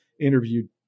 interviewed